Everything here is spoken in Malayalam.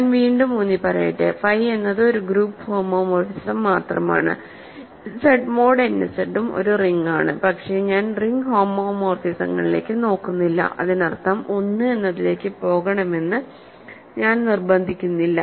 ഞാൻ വീണ്ടും ഊന്നിപ്പറയട്ടെ ഫൈ എന്നത് ഒരു ഗ്രൂപ്പ് ഹോമോമോർഫിസം മാത്രമാണ് Z മോഡ് n Z ഉം ഒരു റിങ് ആണ് പക്ഷേ ഞാൻ റിംഗ് ഹോമോമോർഫിസങ്ങളിലേക്ക് നോക്കുന്നില്ല അതിനർത്ഥം 1 എന്നതിലേക്ക് പോകണമെന്ന് ഞാൻ നിർബന്ധിക്കുന്നില്ല